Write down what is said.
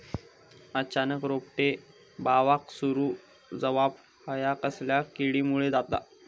अचानक रोपटे बावाक सुरू जवाप हया कसल्या किडीमुळे जाता?